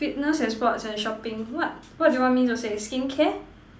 fitness and sports and shopping what what do you want me to say skincare